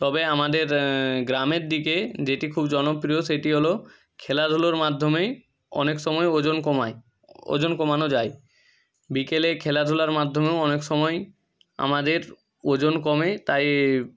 তবে আমাদের গ্রামের দিকে যেটি খুব জনপ্রিয় সেটি হলো খেলাধুলোর মাধ্যমেই অনেকসময় ওজন কমায় ওজন কমানো যায় বিকেলে খেলাধুলার মাধ্যমেও অনেকসময় আমাদের ওজন কমে তাই